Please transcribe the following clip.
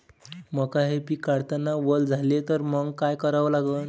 मका हे पिक काढतांना वल झाले तर मंग काय करावं लागन?